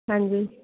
ਹਾਂਜੀ